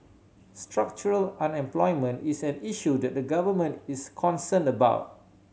structural unemployment is an issue that the Government is concerned about